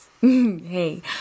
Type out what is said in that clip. Hey